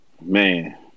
Man